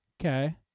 Okay